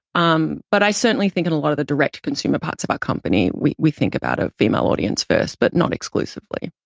um but i certainly think in a lot of the direct-to-consumer parts of our company we we think about a female audience first, but not exclusively.